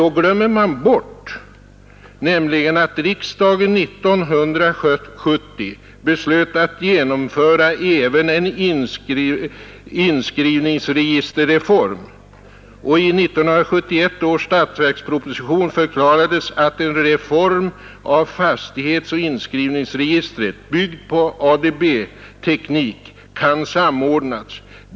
Då glömmer man bort att riksdagen 1970 beslöt att genomföra även en inskrivningsregisterreform, och i 1971 års statsverksproposition förklarades att en reform av fastighetsoch inskrivningsregistren, byggd på ADB-teknik, kan samordnas.